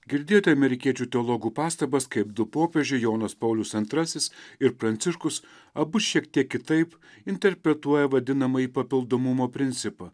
girdėjote amerikiečių teologo pastabas kaip du popiežiai jonas paulius antrasis ir pranciškus abu šiek tiek kitaip interpretuoja vadinamąjį papildomumo principą